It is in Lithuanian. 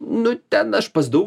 nu ten aš pas daug